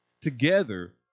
Together